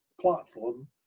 platform